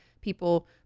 people